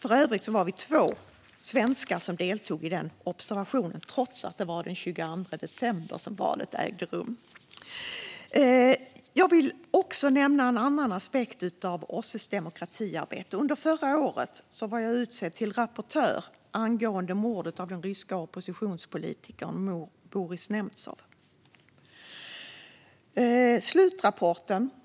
För övrigt var vi två svenskar som deltog i den observationen trots att valet ägde rum den 22 december. Jag vill också nämna en annan aspekt av OSSE:s demokratiarbete. Under förra året var jag utsedd till rapportör för mordet på den ryske oppositionspolitikern Boris Nemtsov.